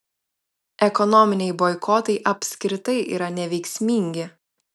ekonominiai boikotai apskritai yra neveiksmingi